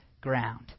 ground